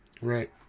Right